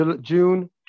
June